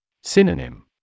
Synonym